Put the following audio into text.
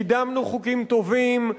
קידמנו חוקים טובים,